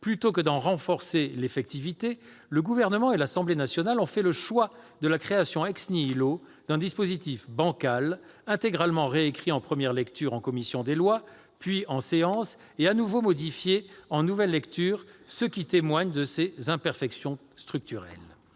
plutôt que d'en renforcer l'effectivité, le Gouvernement et l'Assemblée nationale ont fait le choix de la création d'un dispositif bancal, intégralement réécrit en première lecture, en commission des lois puis en séance, et à nouveau modifié en nouvelle lecture, ce qui témoigne de ses imperfections structurelles.